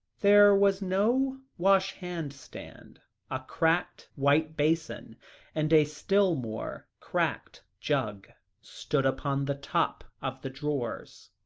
there was no wash-hand stand a cracked white basin and a still more cracked jug stood upon the top of the drawers,